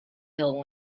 hill